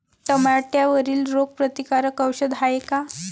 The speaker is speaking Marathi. टमाट्यावरील रोग प्रतीकारक औषध हाये का?